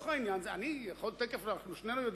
שנינו יודעים,